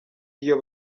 iyo